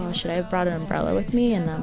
should i have brought an umbrella with me? and i'm